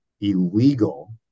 illegal